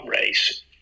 race